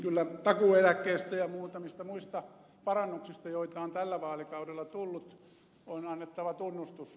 kyllä takuu eläkkeestä ja muutamista muista parannuksista joita on tällä vaalikaudella tullut on annettava tunnustus